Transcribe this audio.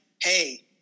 hey